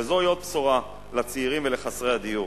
וזוהי עוד בשורה לצעירים ולחסרי הדיור.